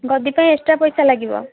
ଗଦି ପାଇଁ ଏକ୍ସଟ୍ରା ପଇସା ଲାଗିବ